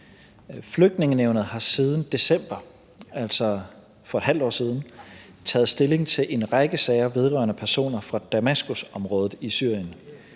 Flygtningenævnet har siden december, altså for et halvt år siden, taget stilling til en række sager vedrørende personer fra Damaskusområdet i Syrien.